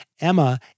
EMMA